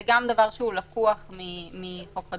זה גם דבר שלקוח מחוק חדלות פירעון.